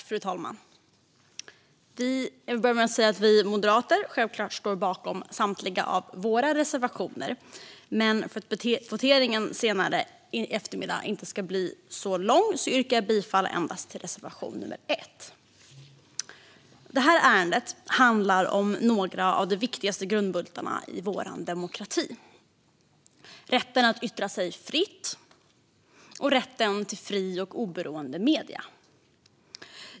Fru talman! Jag börjar med att säga att vi moderater självklart står bakom samtliga av våra reservationer. Men för att voteringen senare i eftermiddag inte ska bli så lång yrkar jag bifall endast till reservation nr 1. Detta ärende handlar om några av de viktigaste grundbultarna i vår demokrati: rätten att yttra sig fritt och rätten till fria och oberoende medier.